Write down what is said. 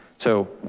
so,